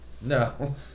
no